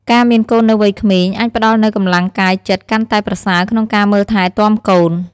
ការមានកូននៅវ័យក្មេងអាចផ្តល់នូវកម្លាំងកាយចិត្តកាន់តែប្រសើរក្នុងការមើលថែទាំកូន។